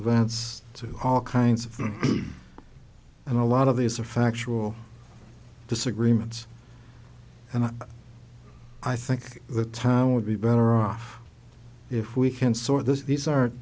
events to all kinds of them and a lot of these are factual disagreements and i think the time would be better off if we can sort this these are